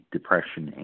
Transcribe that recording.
Depression